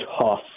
tough